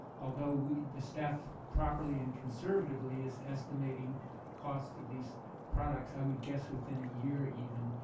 although the staff properly and conservatively is estimating cost of these products, i would guess within a year even,